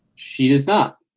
she does not.